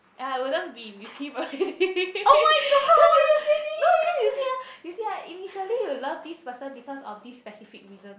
ya I wouldn't be with him already cause you know no cause you see ah you see ah initially you love this person because of this specific reason